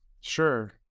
Sure